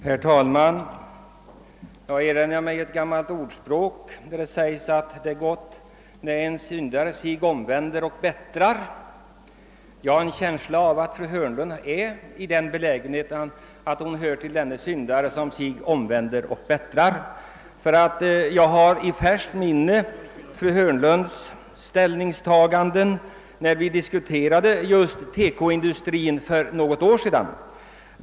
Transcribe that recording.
Herr talman! Jag erinrar mig ett gammalt ordspråk som säger att det är gott när en syndare sig omvänder och bättrar. Jag har en känsla av att fru Hörn lund är i den belägenheten att hon är en syndare som sig omvänder och bättrar. Jag har nämligen i färskt minne fru Hörnlunds = ställningstagande när vi diskuterade just Teko-industrin för något år sedan.